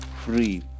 free